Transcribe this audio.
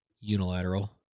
unilateral